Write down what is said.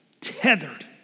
tethered